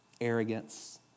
arrogance